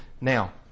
Now